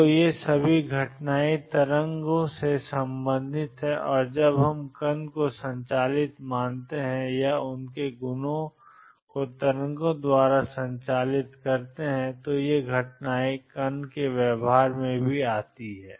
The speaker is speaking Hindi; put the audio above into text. तो ये सभी घटनाएं तरंगों से संबंधित हैं और जब हम कण ों को संचालित मानते हैं या उनके गुणों को तरंगों द्वारा संचालित किया जाता है तो ये घटनाएं कण ों के व्यवहार में भी आती हैं